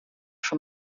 schon